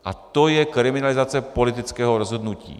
A to je kriminalizace politického rozhodnutí.